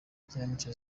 ikinamico